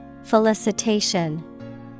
Felicitation